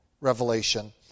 Revelation